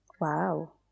Wow